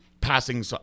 passing